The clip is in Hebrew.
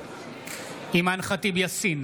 אימאן ח'טיב יאסין,